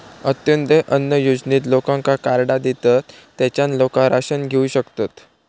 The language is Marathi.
अंत्योदय अन्न योजनेत लोकांका कार्डा देतत, तेच्यान लोका राशन घेऊ शकतत